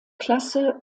klasse